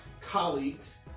colleagues